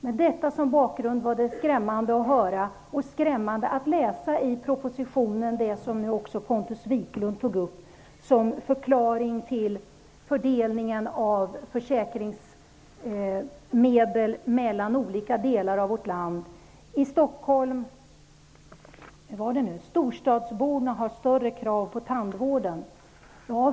Med detta som bakgrund var det skrämmande att höra och att läsa i propositionen det som Pontus Wiklund sade vara förklaringen till fördelningen av försäkringsmedel mellan olika delar av vårt land. Det framkommer att storstadsborna har större krav på tandvården.